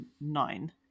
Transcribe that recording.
nine